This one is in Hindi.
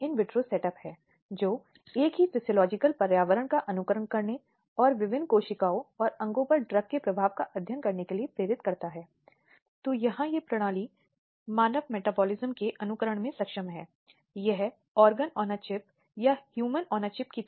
इसलिए इस संबंध में एक वैधानिक आयु तय की गई है सहमति देने और किसी को भी जो किसी लड़की का उल्लंघन करता है जो 18 वर्ष से कम आयु की है तो वह व्यक्ति उत्तरदायी होगा